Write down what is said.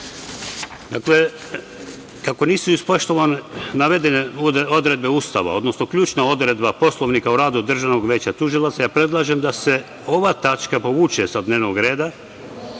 kako nisu ispoštovane navedene odredbe Ustava, odnosno ključna odredba Poslovnika o radu Državnog veća tužilaca, predlažem da se ova tačka povuče sa dnevnog reda